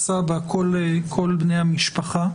הסבא וכל בני המשפחה.